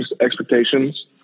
expectations